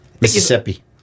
Mississippi